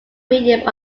medium